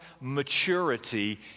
maturity